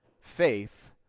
faith